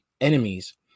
enemies